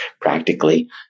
practically